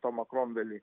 tomą kromvelį